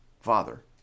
Father